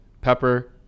pepper